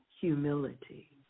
humility